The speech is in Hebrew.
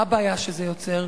מה הבעיה שזה יוצר?